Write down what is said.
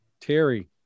Terry